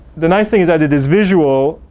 the nice thing is that it is visual,